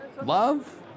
Love